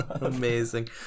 amazing